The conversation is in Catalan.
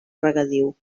regadiu